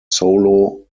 solo